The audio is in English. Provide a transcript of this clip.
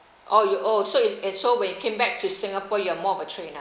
oh you oh so it it so when you came back to singapore you're more of a trainer